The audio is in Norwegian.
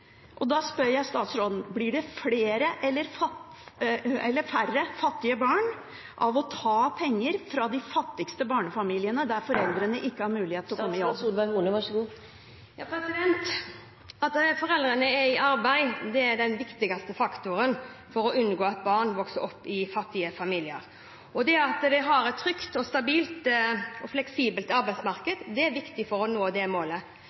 Da spør jeg statsråden: Blir det flere eller færre fattige barn av å ta penger fra de fattigste barnefamiliene der foreldrene ikke har mulighet til å komme i jobb? At foreldrene er i arbeid, er den viktigste faktoren for å unngå at barn vokser opp i fattige familier. Det at en har et trygt, stabilt og fleksibelt arbeidsmarked, er viktig for å nå det målet.